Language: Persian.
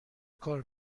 کار